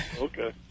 Okay